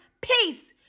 peace